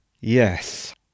Yes